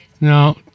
No